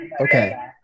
Okay